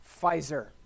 Pfizer